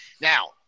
now